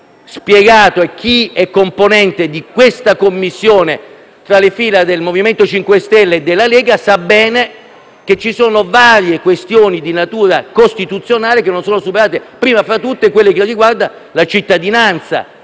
spiegato - chi è componente di quella Commissione tra le fila del MoVimento 5 Stelle e della Lega lo sa bene - che ci sono varie questioni di natura costituzionale che non sono superate e, prima fra tutte, quella riguardante la cittadinanza.